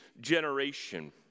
generation